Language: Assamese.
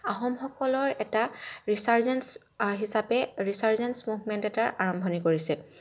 আহোমসকলৰ এটা ৰিছাৰ্জেঞ্চ হিচাপে ৰিছাৰ্জেঞ্চ মুভমেণ্ট এটাৰ আৰম্ভণি কৰিছে